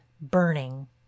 burning